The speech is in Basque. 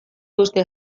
uste